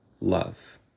love